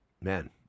Man